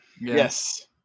Yes